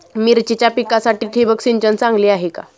मिरचीच्या पिकासाठी ठिबक सिंचन चांगले आहे का?